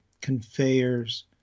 conveyors